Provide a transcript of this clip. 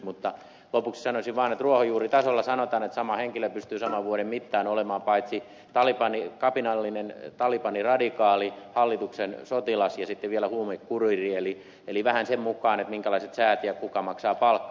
mutta lopuksi sanoisin vaan että ruohonjuuritasolla sanotaan että sama henkilö pystyy saman vuoden mittaan olemaan paitsi taliban kapinallinen taliban radikaali hallituksen sotilas ja sitten vielä huumekuriiri eli vähän sen mukaan minkälaiset säät ja kuka maksaa palkkaa